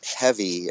heavy